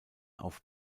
auf